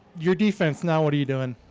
your defense now, what are you doing?